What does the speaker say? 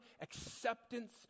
acceptance